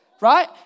right